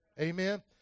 Amen